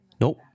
Nope